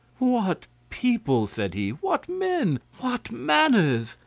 what people! said he what men! what manners!